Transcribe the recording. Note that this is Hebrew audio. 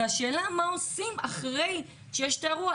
והשאלה מה עושים אחרי שיש את האירוע,